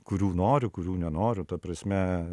kurių noriu kurių nenoriu ta prasme